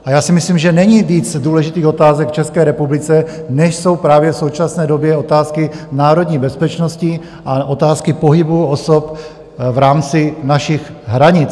A já si myslím, že není víc důležitých otázek v České republice, než jsou právě v současné době otázky národní bezpečnosti a otázky pohybu osob v rámci našich hranic.